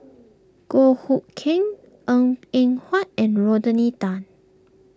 Goh Hood Keng Ng Eng Huat and Rodney Tan